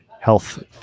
health